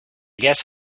guess